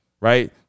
right